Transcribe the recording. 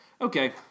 Okay